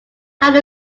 have